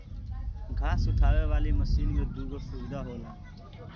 घास उठावे वाली मशीन में दूगो सुविधा होला